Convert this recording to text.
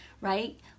right